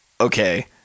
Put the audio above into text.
okay